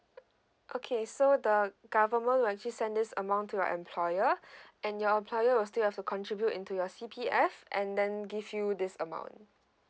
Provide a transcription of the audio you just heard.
okay so the government will actually send this amount to your employer and your employer will still have to contribute into your C_P_F and then give you this amount